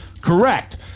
correct